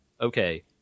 okay